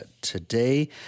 today